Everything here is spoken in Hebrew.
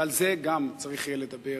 ועל זה יהיה צריך לדבר,